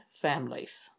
families